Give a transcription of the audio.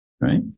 Right